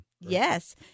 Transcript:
Yes